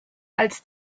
als